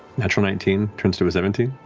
natural nineteen turns to a seventeen?